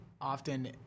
often